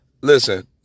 Listen